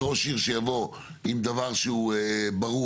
שראש עיר שיבוא עם דבר שהוא ברור,